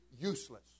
useless